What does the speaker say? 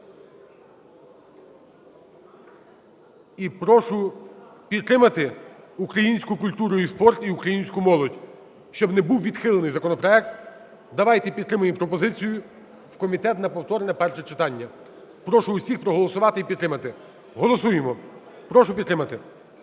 І прошу підтримати українську культуру і спорт і українську молодь. Щоб не був відхилений законопроект, давайте підтримаємо пропозицію в комітет на повторне перше читання. Прошу усіх проголосувати і підтримати. Голосуємо. Прошу підтримати.